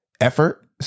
Effort